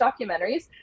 documentaries